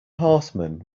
horsemen